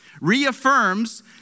reaffirms